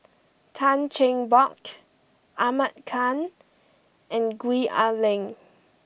Tan Cheng Bock Ahmad Khan and Gwee Ah Leng